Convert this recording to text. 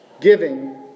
giving